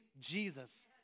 Jesus